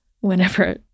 whenever